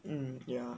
mm ya